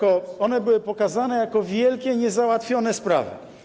One były pokazane jako wielkie niezałatwione sprawy.